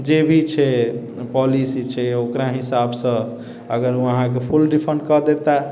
जे भी छै पॉलिसी छै ओकरा हिसाबसँ अगर ओ अहाँके फुल रिफण्ड कऽ देता